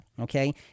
okay